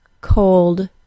cold